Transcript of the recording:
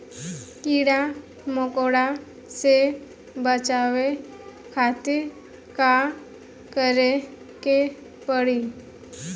कीड़ा मकोड़ा से बचावे खातिर का करे के पड़ी?